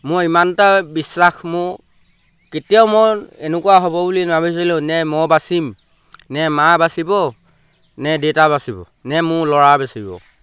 মই ইমানটা বিশ্বাস মোৰ কেতিয়াও মই এনেকুৱা হ'ব বুলি নাভাবিছিলোঁ নে মই বাচিম নে মা বাচিব নে দেউতা বাচিব নে মোৰ ল'ৰা বচিব